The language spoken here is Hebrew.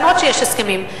למרות ההסכמים.